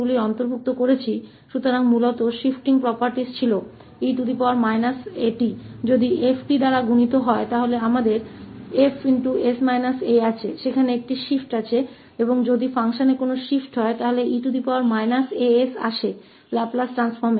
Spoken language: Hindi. इसलिए मूल रूप से स्केल वाले गुण तोथे e atअगर 𝑓 𝑡 से गुणा तो हम 𝐹 𝑠 𝑎 है वहाँ एक शिफ्ट है वहाँ है और अगर वहाँ फंक्शन में शिफ्ट है तो e as में आता है यह ट्रांसफॉर्म लाप्लास ट्रांसफॉर्म